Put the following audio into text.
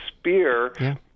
spear